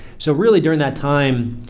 so really during that time,